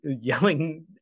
yelling